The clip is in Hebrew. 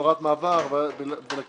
הוראת מעבר וקבע,